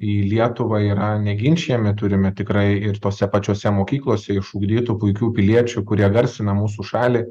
į lietuvą yra neginčijami turime tikrai ir tose pačiose mokyklose išugdytų puikių piliečių kurie garsina mūsų šalį